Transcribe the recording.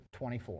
24